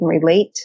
relate